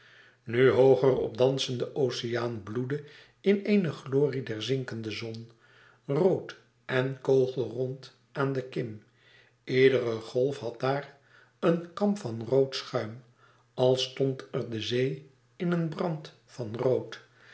nu hooger op dansende oceaan bloedde in eene glorie der zinkende zon rood en kogelrond aan de kim iedere golf had daar een kam van rood schuim als stond er de zee in een brand van rood